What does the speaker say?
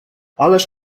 ależ